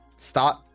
start